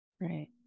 Right